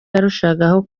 yarushagaho